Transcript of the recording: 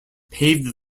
paved